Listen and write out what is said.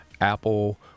Apple